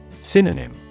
Synonym